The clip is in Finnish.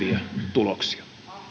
tuloksia